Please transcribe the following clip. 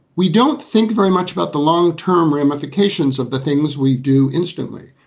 we don't think very much about the long term ramifications of the things we do instantly.